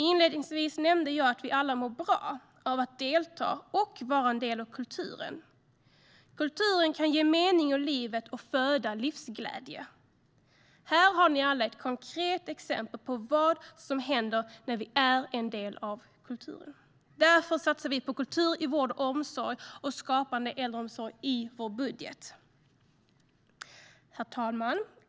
Inledningsvis nämnde jag att vi alla mår bra av att delta i och vara en del av kulturen. Kulturen kan ge mening i livet och föda livsglädje. Här har ni alla ett konkret exempel på vad som händer när vi tar del av den. Därför satsar vi i vår budget på kultur i vård och omsorg och skapande äldreomsorg.